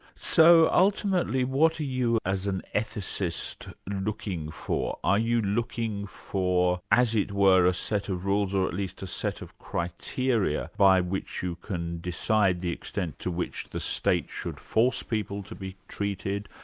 so ultimately what are you, as an ethicist, looking for? are you looking for as it were a set of rules or at least a set of criteria by which you can decide the extent to which the state should force people to be treated,